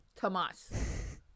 Tomas